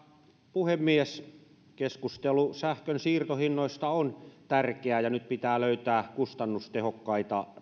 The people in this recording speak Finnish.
puhemies keskustelu sähkön siirtohinnoista on tärkeää ja nyt pitää löytää kustannustehokkaita